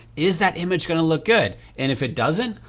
is that image gonna look good. and if it doesn't,